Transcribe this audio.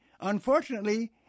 unfortunately